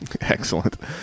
Excellent